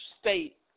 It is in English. state